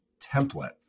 template